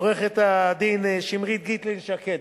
לעורכת-הדין שמרית גיטלין-שקד,